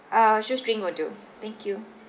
uh just drink will do thank you